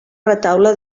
retaule